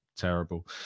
terrible